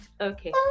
okay